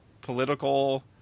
political